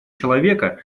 человека